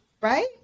Right